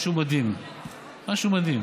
משהו מדהים.